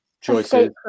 choices